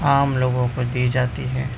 عام لوگوں کو دی جاتی ہے